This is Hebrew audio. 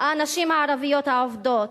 הנשים הערביות העובדות,